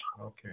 Okay